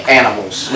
animals